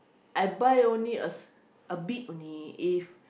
I buy only a s~ a bit only if